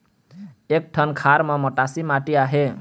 एक ठन खार म मटासी माटी आहे?